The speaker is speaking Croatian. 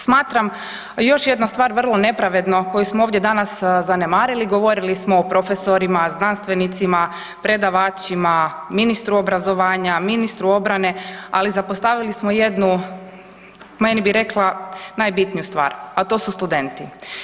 Smatram, još jedna stvar vrlo nepravedno koju smo ovdje danas zanemarili, govorili smo o profesorima, znanstvenicima, predavačima, ministru obrazovanja, ministru obrane ali zapostavili smo jednu po meni bih rekla najbitniju stvar, a to su studenti.